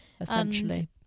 essentially